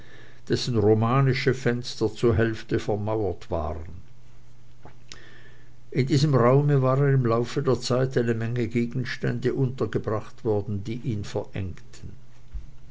dessen romanische fenster zur hälfte vermauert waren in diesem raum waren im laufe der zeit eine menge gegenstände untergebracht worden die ihn verengten